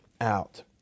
out